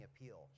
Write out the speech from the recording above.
appeal